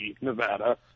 Nevada